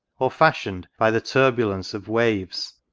or fashioned by the turbulence of waves.